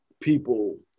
people